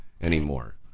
anymore